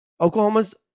Oklahoma's